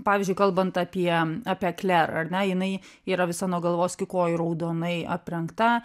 pavyzdžiui kalbant apie apie kler ar ne jinai yra visa nuo galvos iki kojų raudonai aprengta